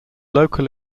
local